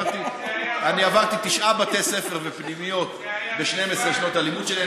אני עברתי תשעה בתי ספר ופנימיות ב-12 שנות הלימוד שלי,